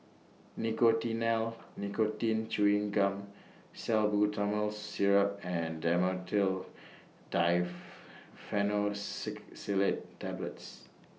Nicotinell Nicotine Chewing Gum Salbutamol Syrup and Dhamotil Tablets